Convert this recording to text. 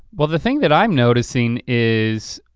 well the thing that i'm noticing is